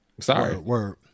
Sorry